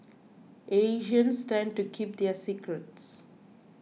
Asians tend to keep their secrets